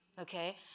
Okay